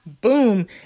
Boom